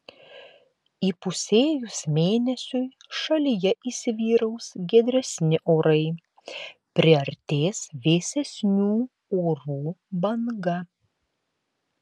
įpusėjus mėnesiui šalyje įsivyraus giedresni orai priartės vėsesnių orų banga